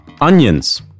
onions